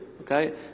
Okay